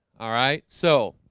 all right, so